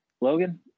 Logan